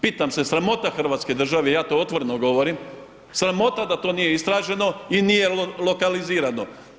Pitam se, sramota Hrvatske države, ja to otvoreno govorim, sramota da to nije istraženo i nije lokalizirano.